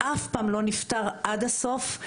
אף פעם לא נפתר עד הסוף.